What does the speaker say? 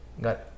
got